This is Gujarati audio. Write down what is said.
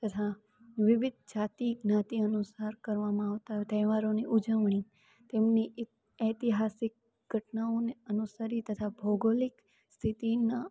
તથા વિવિધ જાતિ જ્ઞાતિ અનુસાર કરવામાં આવતા તહેવારોની ઉજવણી તેમની એક ઐતિહાસિક ઘટનાઓને અનુસરી તથા ભૌગોલિક સ્થિતિના